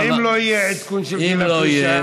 אם לא יהיה עדכון של גיל הפרישה, מה יהיה?